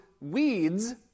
weeds